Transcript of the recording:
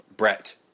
Brett